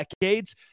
decades